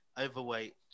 overweight